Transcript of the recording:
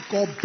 God